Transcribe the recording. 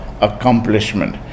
accomplishment